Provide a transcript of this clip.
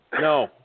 No